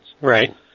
Right